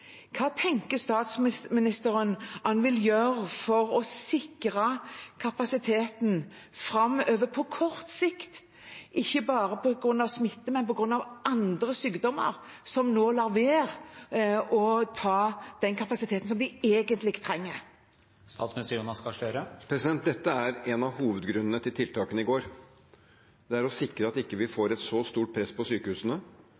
å sikre kapasiteten framover, på kort sikt, ikke bare på grunn av smitte, men på grunn av andre sykdommer, der en nå lar være å ta i bruk den kapasiteten som vi egentlig trenger? Dette er en av hovedgrunnene til tiltakene i går: å sikre at vi ikke